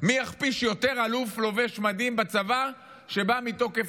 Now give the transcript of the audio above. מי יכפיש יותר אלוף לובש מדים בצבא שבא מתוקף